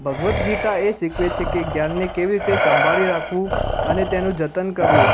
ભગવદ્ ગીતા એ શીખવે છે કે જ્ઞાનને કેવી રીતે સંભાળી રાખવું અને તેનું જતન કરવું